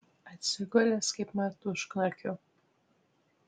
atsigulęs kaipmat užknarkiu